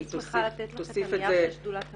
אני צריכה לתת לך את הנייר של שדולת המים.